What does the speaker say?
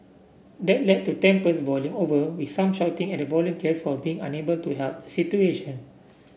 that led to tempers boiling over with some shouting at the volunteers for being unable to help situation